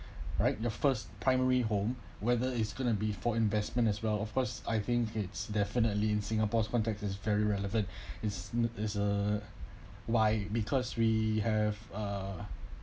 right the first primary home whether it's going to be for investment as well of course I think it's definitely in singapore's context is very relevant is is uh why because we have uh